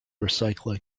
recycling